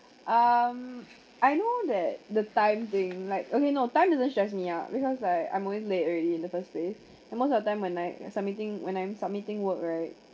um I know that the time they like okay no time doesn't stress me out because like I'm always late already in the first place and most of the time when I submitting when I'm submitting work right